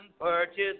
purchase